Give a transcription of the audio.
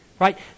right